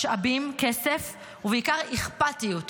משאבים, כסף, ובעיקר, אכפתיות ושוויוניות.